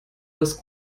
das